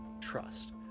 trust